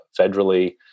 federally